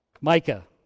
Micah